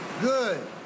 Good